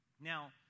Now